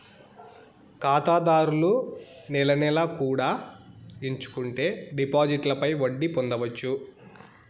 ఖాతాదారులు నెల నెలా కూడా ఎంచుకుంటే డిపాజిట్లపై వడ్డీ పొందొచ్చు